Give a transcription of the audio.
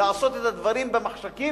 לעשות את הדברים במחשכים,